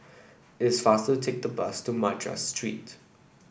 it is faster to take the bus to Madras Street